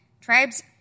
Tribes